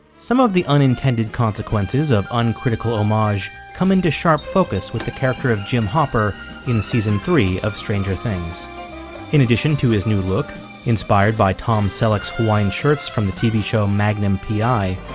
some of the unintended consequences of uncritical homage coming to sharp focus with the character of jim hopper in season three of stranger things in addition to his new look inspired by tom selleck's hawaiian shirts from the tv show magnum p i,